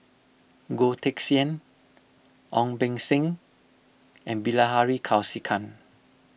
Goh Teck Sian Ong Beng Seng and Bilahari Kausikan